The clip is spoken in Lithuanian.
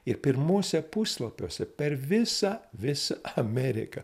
ir pirmuose puslapiuose per visą visą ameriką